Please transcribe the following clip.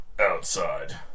outside